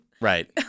Right